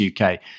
UK